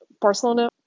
Barcelona